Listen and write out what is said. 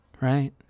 Right